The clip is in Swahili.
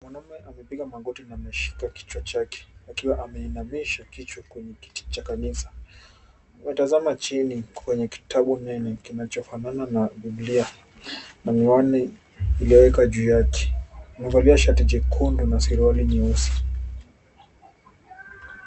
Mwanaume amepiga magoti na ameshika kichwa chake akiwa ameinamisha kichwa kwenye kiti cha kanisa. Anatazama chini kwenye kitabu nene kinachofanana na biblia na miwani iliyowekwa juu yake. Amevalia shati jekundu na suruali nyeusi.